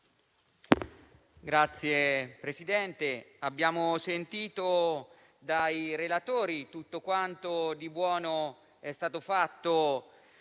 Signor Presidente, abbiamo sentito dai relatori tutto quanto di buono è stato fatto